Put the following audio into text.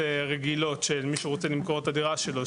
רגילות של מי שרוצה למכור את הדירה שלו,